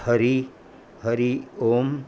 Hari Hari Om